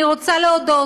אני רוצה להודות,